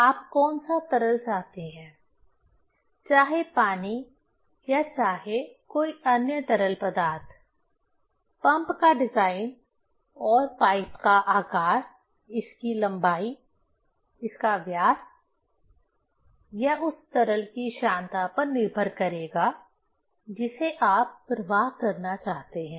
आप कौन सा तरल चाहते हैं चाहे पानी या चाहे कोई अन्य तरल पदार्थ पंप का डिज़ाइन और पाइप का आकार इसकी लंबाई इसका व्यास यह उस तरल की श्यानता पर निर्भर करेगा जिसे आप प्रवाह करना चाहते हैं